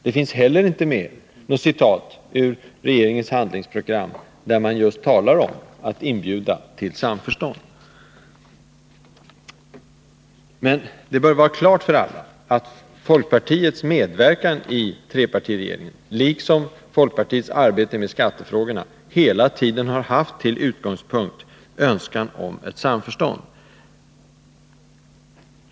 Det finns inte heller med något citat ur regeringens handlingsprogram där man just talar om inbjudan till samförstånd. Det bör emellertid vara klart för alla att det som varit utgångspunkten för folkpartiets medverkan i trepartiregeringen liksom för folkpartiets arbete med skattefrågorna hela tiden har varit önskan om ett samförstånd.